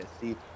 see